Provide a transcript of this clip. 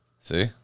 See